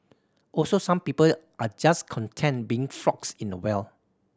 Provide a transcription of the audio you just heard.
also some people are just content being frogs in a well